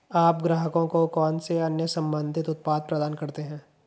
आप ग्राहकों को कौन से अन्य संबंधित उत्पाद प्रदान करते हैं?